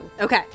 Okay